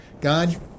God